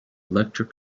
electric